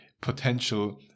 potential